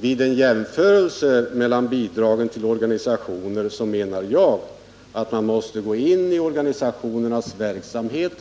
Vid en jämförelse mellan bidragen till organisationer menar jag att man måste gå in i organisationernas verksamhet och